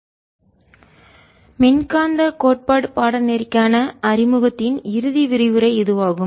accelerating charge இல் இருந்து வரும் ரேடியேஷன் கதிர்வீச்சு I மின்காந்த கோட்பாடு பாடநெறிக்கான அறிமுகத்தின் இறுதி விரிவுரை இதுவாகும்